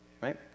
right